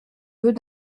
veut